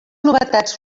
novetats